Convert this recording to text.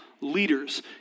leaders